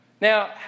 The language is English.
Now